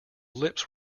lips